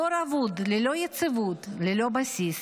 דור אבוד ללא יציבות, ללא בסיס,